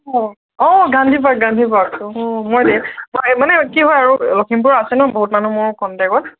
অঁ অঁ Gandhi park Gandhi park অঁ মই মই মানে কি হয় আৰু লখিমপুৰ আছে ন বহুত মানুহ মোৰ কণ্টেক্টত